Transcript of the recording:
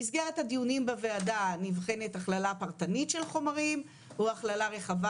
במסגרת הדיונים של בוועדה נבחנת הכללה פרטנית של חומרים או הכללה רחבה